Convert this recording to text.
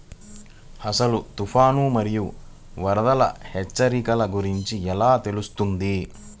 అసలు తుఫాను మరియు వరదల హెచ్చరికల గురించి ఎలా తెలుస్తుంది?